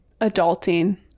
Adulting